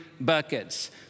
buckets